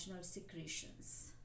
secretions